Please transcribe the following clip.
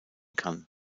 kann